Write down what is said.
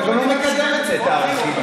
אתם גם לא מקדם את סט הערכים הזה.